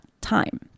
time